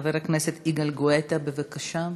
חבר הכנסת יגאל גואטה, בבקשה.